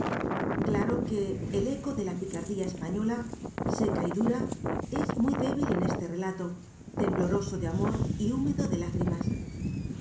claro que el eco de la picardía española seca y dura es muy débil en este rela to tembloroso de amor y húmedo de lágrimas